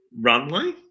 runway